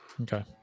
Okay